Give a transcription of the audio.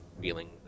feeling